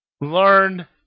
learn